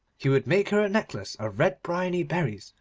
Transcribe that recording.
he would make her a necklace of red bryony berries,